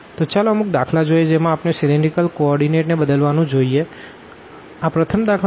તો ચાલો અમુક દાખલા જોઈએ જેમાં આપણે સીલીન્દ્રીકલ કો ઓર્ડીનેટને બદલવાનું જોઈએ આ પ્રથમ દાખલા માં